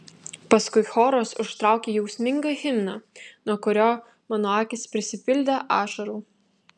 paskui choras užtraukė jausmingą himną nuo kurio mano akys prisipildė ašarų